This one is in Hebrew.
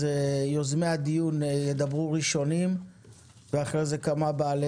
אז יוזמי הדיון ידבר ראשונים ואחרי זה כמה בעלי